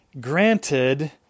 granted